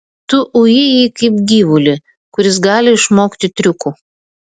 tu uji jį kaip gyvulį kuris gali išmokti triukų